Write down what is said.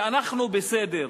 ואנחנו בסדר,